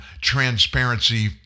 transparency